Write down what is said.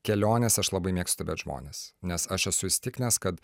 kelionėse aš labai mėgstu stebėt žmonės nes aš esu įsitikinęs kad